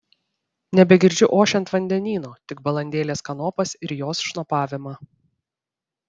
nebegirdžiu ošiant vandenyno tik balandėlės kanopas ir jos šnopavimą